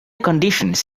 conditions